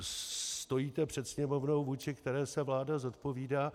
Stojíte před Sněmovnou, vůči které se vláda zodpovídá.